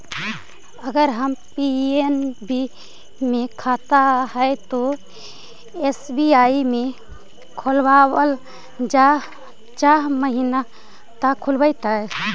अगर हमर पी.एन.बी मे खाता है और एस.बी.आई में खोलाबल चाह महिना त का खुलतै?